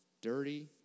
Dirty